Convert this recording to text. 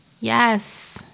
Yes